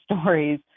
stories